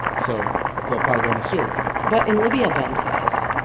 so they'll probably go into syria but in libya, ben says,